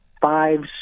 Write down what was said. five